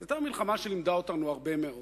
זו היתה מלחמה שלימדה אותנו הרבה מאוד.